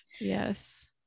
Yes